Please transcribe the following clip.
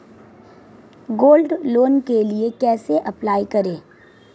Gold loan के लिए कैसे अप्लाई करें?